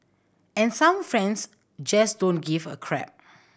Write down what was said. and some friends just don't give a crap